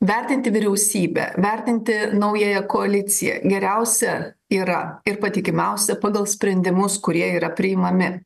vertinti vyriausybę vertinti naująją koaliciją geriausia yra ir patikimiausia pagal sprendimus kurie yra priimami